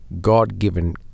God-given